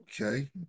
okay